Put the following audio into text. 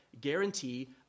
guarantee